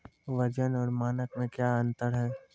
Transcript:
वजन और मानक मे क्या अंतर हैं?